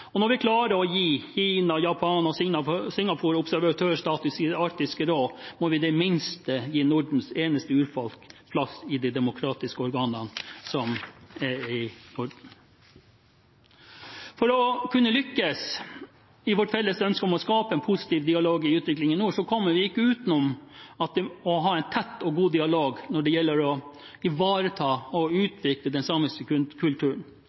Når vi klarer å gi Kina, Japan og Singapore observatørstatus i Arktisk råd, må vi i det minste gi Nordens eneste urfolk plass i de demokratiske organene som er i Norden. For å kunne lykkes i vårt felles ønske om å skape en positiv dialog i utviklingen i nord kommer vi ikke utenom at vi må ha en tett og god dialog når det gjelder å ivareta og utvikle den samiske kulturen.